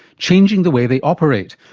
changing the way they operate,